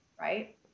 right